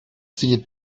die